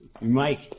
Mike